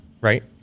right